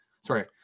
Sorry